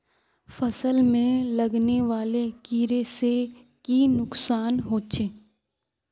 फसल में लगने वाले कीड़े से की नुकसान होचे?